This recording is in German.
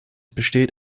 besteht